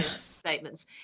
statements